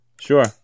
Sure